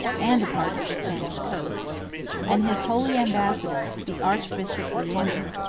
and a part of the spanish coast and his holy ambassador, the archbishop leander,